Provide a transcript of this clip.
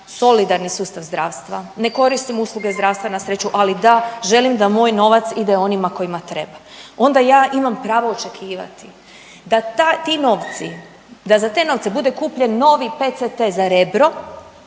solidarni sustav zdravstva, ne koristim usluge zdravstva na sreću, ali da, želim da moj novac ide onima kojima treba. Onda ja imam pravo očekivati da ta, ti novci, da za te novce bude kupljen novi PCT za Rebro